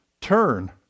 turn